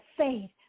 faith